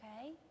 okay